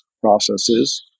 processes